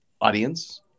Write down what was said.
audience